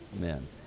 Amen